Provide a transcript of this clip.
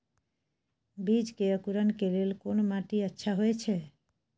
बीज के अंकुरण के लेल कोन माटी अच्छा होय छै?